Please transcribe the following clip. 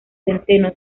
centeno